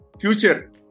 Future